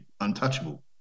untouchable